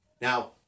Now